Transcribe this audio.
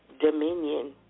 dominion